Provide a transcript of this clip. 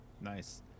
nice